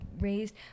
raised